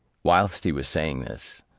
whilst he was saying this,